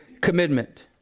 commitment